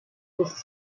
des